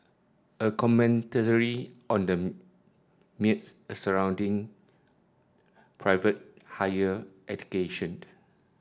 a commentary on the myths surrounding private higher education